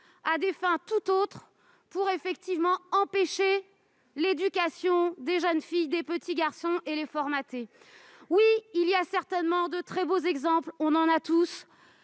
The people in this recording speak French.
à des fins tout autres, notamment pour empêcher l'éducation des jeunes filles et des petits garçons et les formater. Oui, il existe probablement de très beaux exemples- on en a tous